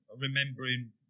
Remembering